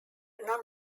non